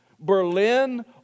Berlin